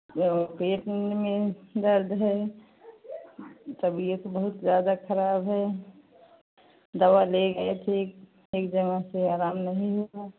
और पेट में दर्द है तबियत बहुत ज़्यादा खराब है दवा ले गए थे एक एक जगह से आराम नहीं हुआ